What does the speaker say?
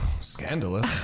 Scandalous